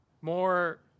more